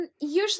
usually